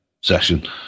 session